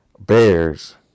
Bears